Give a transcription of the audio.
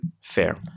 Fair